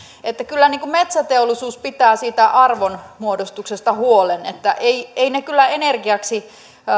kyllä metsäteollisuus pitää siitä arvonmuodostuksesta huolen eivät ne kyllä energiaksi